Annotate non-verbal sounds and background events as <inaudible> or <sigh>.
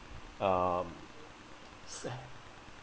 um <noise>